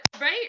right